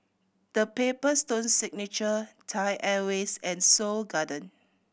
The Paper Stone Signature Thai Airways and Seoul Garden